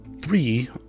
three